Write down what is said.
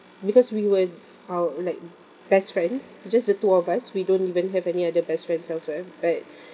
because we were how like best friends just the two of us we don't even have any other best friends else where but